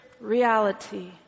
reality